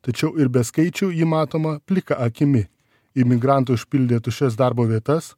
tačiau ir be skaičių ji matoma plika akimi imigrantai užpildė tuščias darbo vietas